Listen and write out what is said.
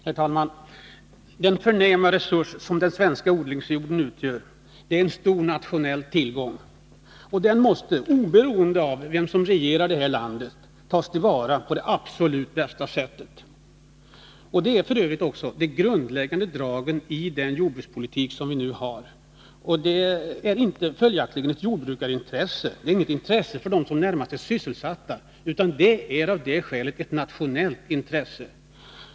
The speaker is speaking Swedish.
Herr talman! Den förnäma resurs som den svenska odlingsjorden utgör är en stor nationell tillgång, och den måste — oberoende av vem som regerar landet — tas till vara på absolut bästa sätt. Detta är f.ö. också de grundläggande dragen i den jordbrukspolitik som vi nu har. Det handlar följaktligen inte om ett jordbrukarintresse — ett intresse för dem som närmast är sysselsatta där — utan om ett nationellt intresse.